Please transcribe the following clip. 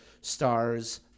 stars